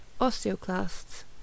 osteoclasts